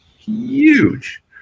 huge